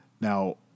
Now